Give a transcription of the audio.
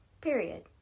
Period